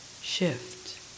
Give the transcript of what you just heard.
shift